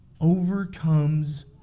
overcomes